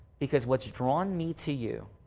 because what's drawn me to you.